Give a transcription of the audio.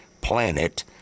planet